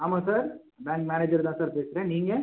ஆமாம் sir bank manager தான் sir பேசுகிறேன் நீங்கள்